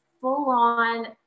full-on